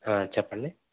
చెప్పండి